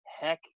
Heck